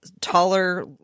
taller